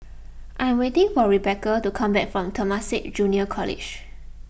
I am waiting for Rebeca to come back from Temasek Junior College